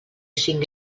cinc